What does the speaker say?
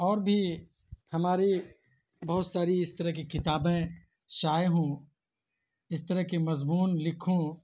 اور بھی ہماری بہت ساری اس طرح کی کتابیں شائع ہوں اس طرح کے مضمون لکھوں